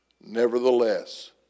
Nevertheless